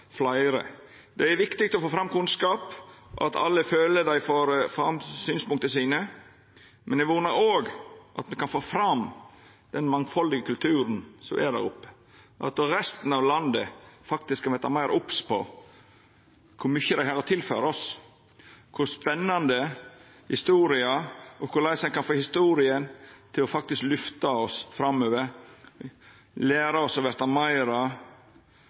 fleire. Det er viktig å få fram kunnskap, at alle føler dei får fram synspunkta sine. Men eg vonar òg at me kan få fram den mangfaldige kulturen som er der oppe, at resten av landet kan verta meir obs på kor mykje dei har å tilføra oss, kor spennande historia er, og korleis ein kan få historia til å lyfta oss framover, læra oss å verta